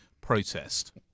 protest